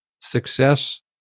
success